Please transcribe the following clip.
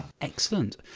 Excellent